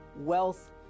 wealth